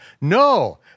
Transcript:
no